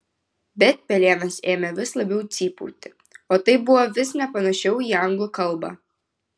bet pelėnas ėmė vis labiau cypauti o tai buvo vis nepanašiau į anglų kalbą